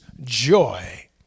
joy